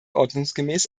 ordnungsgemäß